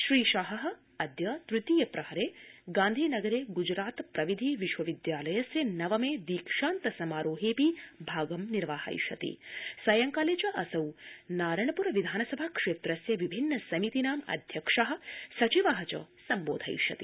श्री शाह अद्य तृतीये प्रहरे गांधीनगरे ग़जरात प्रविधि विश्वविद्यालयस्य नवमे दीक्षान्त समारोहेऽपि भागं निर्वाहयिष्यति सायंकाले च असौ नारनप्र विधानसभा क्षेत्रस्य विभिन्न समितिनाम् अध्यक्षा सचिवा च संबोधयिष्यति